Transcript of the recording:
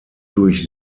durch